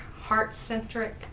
heart-centric